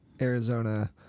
arizona